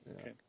Okay